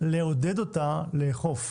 לעודד אותה לאכוף,